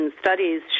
studies